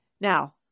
Now